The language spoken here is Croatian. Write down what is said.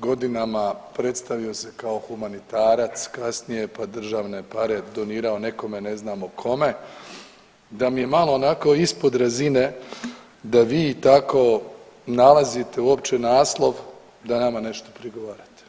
godinama, predstavio se kao humanitarac kasnije, pa državne pare donirao nekome ne znamo kome, da mi je malo onako ispod razine da vi tako nalazite uopće naslov da nama nešto prigovarate.